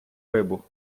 рибу